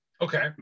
Okay